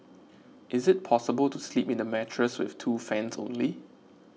is it possible to sleep in a mattress with two fans only